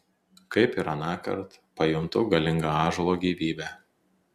kaip ir anąkart pajuntu galingą ąžuolo gyvybę